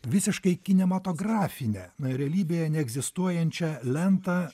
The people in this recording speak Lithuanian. visiškai kinematografinę realybėje neegzistuojančią lentą